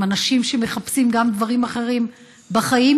עם אנשים שמחפשים גם דברים אחרים בחיים.